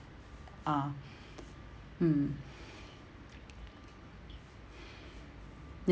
ah mm